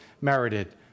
merited